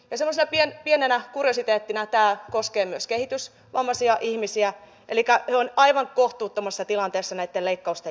ja semmoisena pienenä kuriositeettina tämä koskee myös kehitysvammaisia ihmisiä elikkä he ovat aivan kohtuuttomassa tilanteessa näitten leikkausten jälkeen